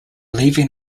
leaving